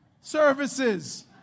services